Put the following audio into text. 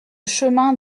chemin